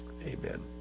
Amen